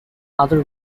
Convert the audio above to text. other